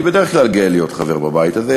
אני בדרך כלל גאה להיות חבר בבית הזה.